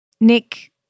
Nick